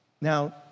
Now